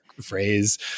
phrase